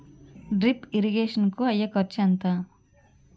Drip irrigation కూ అయ్యే ఖర్చు ఎంత?